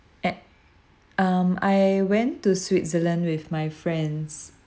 at um I went to switzerland with my friends